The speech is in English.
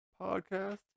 podcast